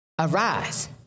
Arise